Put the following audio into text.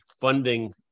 funding